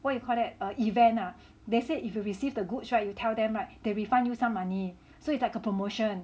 what you call that err event ah they said if you receive the goods [right] you tell them [right] they refund you some money so it's like a promotion